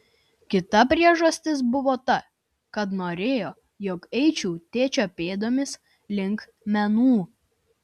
kita priežastis buvo ta kad norėjo jog eičiau tėčio pėdomis link menų